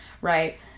Right